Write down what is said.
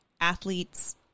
athletes